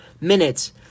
minutes